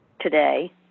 today